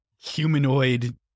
humanoid